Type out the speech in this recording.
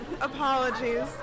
Apologies